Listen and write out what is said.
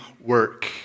work